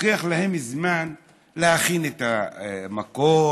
לוקח להם זמן להכין את המקום,